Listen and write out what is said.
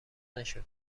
نشد